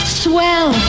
swell